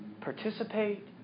participate